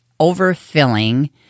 overfilling